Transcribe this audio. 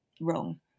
wrong